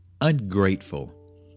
ungrateful